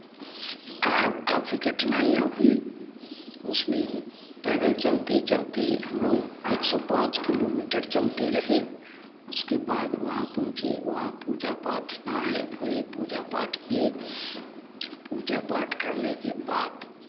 का काफ़ी कठिनाईयाँ हुई उसमें पैदल चलते चलते हम लोग एक सौ पाँच किलो मीटर चलते रहे उसके बाद वहाँ पहुँचे वहाँ पूजा पाठ नहाए धोए पूजा पाठ किए पूजा पाठ करने के बाद